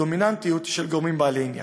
את הדומיננטיות של גורמים בעלי עניין.